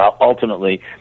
ultimately